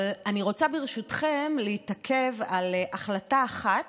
אבל אני רוצה, ברשותכם, להתעכב על החלטה אחת